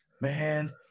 man